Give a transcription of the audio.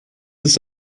ist